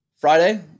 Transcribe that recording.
Friday